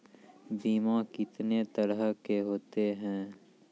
बीमा कितने तरह के होते हैं?